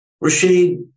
Rashid